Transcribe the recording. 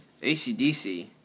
ACDC